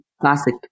classic